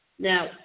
Now